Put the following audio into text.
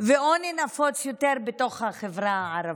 ועוני נפוץ יותר בתוך החברה הערבית.